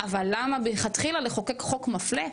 אבל למה מלכתחילה לחוקק חוק מפלה?